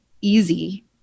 easy